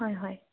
হয় হয়